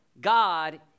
God